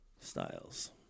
styles